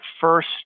first